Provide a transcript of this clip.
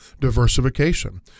diversification